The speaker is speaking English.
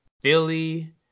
Philly